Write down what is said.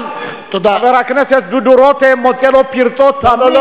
אבל חבר הכנסת דודו רותם מוצא לו פרצות תמיד,